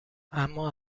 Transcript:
اما